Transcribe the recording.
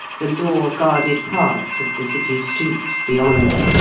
the law-guarded paths of the city's streets beyond.